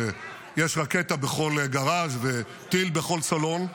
שיש רקטה בכל גראז' וטיל בכל סלון.